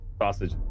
Sausage